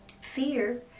Fear